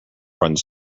runs